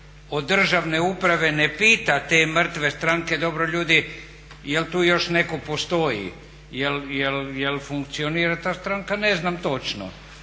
od Državne uprave ne pita te mrtve stranke dobro ljudi jel' tu još netko postoji? Jel' funkcionira ta stranka? Ne znam točno.